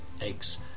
eggs